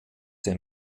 der